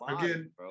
again